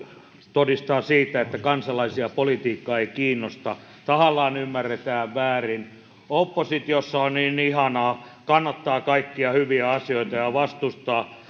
todistaa siitä että kansalaisia politiikka ei kiinnosta tahallaan ymmärretään väärin oppositiossa on niin ihanaa kannattaa kaikkia hyviä asioita ja vastustaa